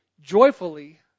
joyfully